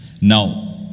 Now